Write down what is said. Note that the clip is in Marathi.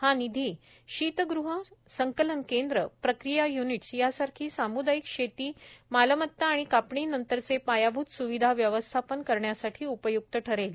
हा निधी शीतग़ह संकलन केंद्र प्रक्रिया य्निट्स यासारखी साम्दायिक शेती मालमता आणि कापणी नंतरचे पायाभूत सुविधा व्यवस्थापन करण्यासाठी उपयुक्त ठरेल